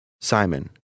Simon